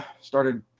started